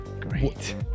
Great